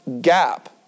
gap